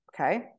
okay